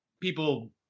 people